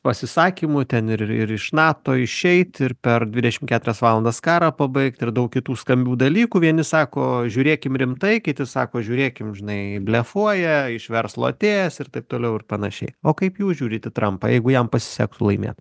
pasisakymų ten ir ir iš nato išeit ir per dvidešimt keturias valandas karą pabaigt ir daug kitų skambių dalykų vieni sako žiūrėkim rimtai kiti sako žiūrėkim žinai blefuoja iš verslo atėjęs ir taip toliau ir panašiai o kaip jūs žiūrit į trampą jeigu jam pasisektų laimėt